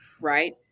right